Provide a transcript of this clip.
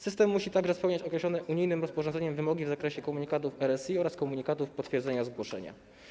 System musi także spełniać określone unijnym rozporządzeniem wymogi w zakresie komunikatów RSI oraz komunikatów potwierdzenia zgłoszenia.